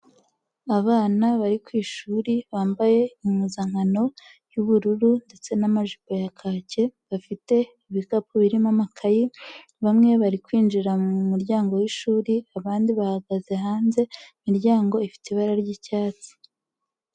Abana bari ku ishuri, bambaye impuzankano y'ubururu ndetse n'amajipo ya kake, bafite ibikapu birimo amakayi, bamwe bari kwinjira mu muryango w'ishuri abandi bahagazehanze, imiryango ifite ibara ry'icyatsi.